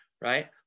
right